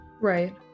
Right